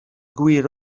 gwir